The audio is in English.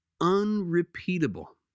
unrepeatable